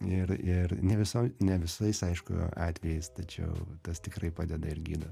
ir ir ne visai ne visais aišku atvejais tačiau tas tikrai padeda ir gydo